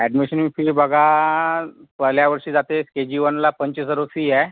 admission fee बघा पहिल्या वर्षी जाते के जी वनला पंचवीस हजार रुपये फी आहे